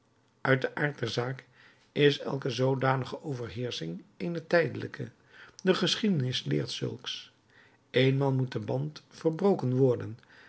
uit den aard der zaak is elke zoodanige overheersching eene tijdelijke de geschiedenis leert zulks eenmaal moet de band verbroken worden